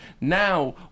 now